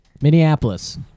Minneapolis